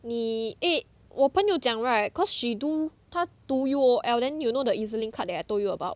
你 eh 我朋友讲 right cause she do 她读 U_O_L then you know the E_Z link card that I told you about